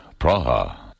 Praha